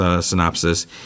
synopsis